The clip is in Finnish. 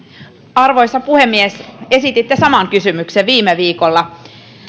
arvoisa puhemies esititte saman kysymyksen viime viikolla